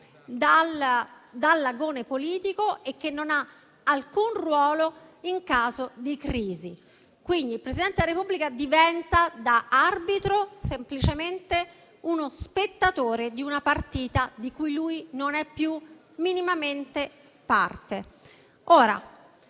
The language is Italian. dall'agone politico, che non ha alcun ruolo in caso di crisi. Il Presidente da Repubblica quindi diventa, da arbitro, semplicemente uno spettatore di una partita di cui non è più minimamente parte.